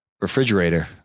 refrigerator